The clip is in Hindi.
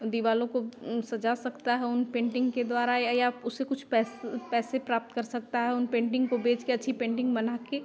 दीवारों को सजा सकता है उन पेंटिंग के द्वारा या या उससे कुछ पैस पैसे प्राप्त कर सकता है उन पेंटिंग को बेच के अच्छी पेंटिंग बना कर